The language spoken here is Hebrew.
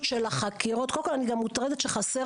אני גם מוטרדת מכך שחסרים